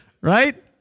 Right